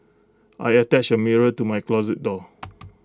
I attached A mirror to my closet door